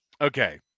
Okay